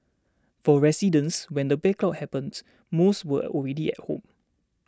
for residents when the blackout happened most were already at home